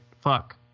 Fuck